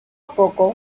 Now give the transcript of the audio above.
poco